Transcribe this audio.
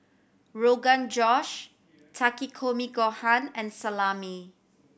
Rogan Josh Takikomi Gohan and Salami